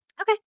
Okay